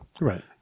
Right